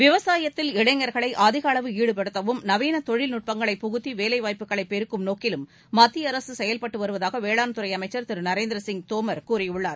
விவசாயத்தில் இளைஞர்களை அதிக அளவு ஈடுபடுத்தவும் நவீன தொழில்நட்பங்களை புகுத்தி வேலைவாய்ப்புகளை பெருக்கும் நோக்கிலும் மத்திய அரசு செயவ்பட்டு வருவதாக வேளாண்துறை அமைச்சர் திரு நரேந்திர சிங் தோமர் கூறியுள்ளார்